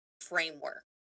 framework